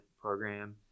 program